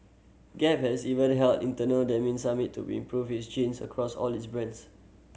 gap has even held internal denim summit to improve its jeans across all its brands